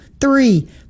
Three